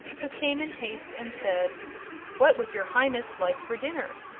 who came in haste and said what would your highness like for dinner?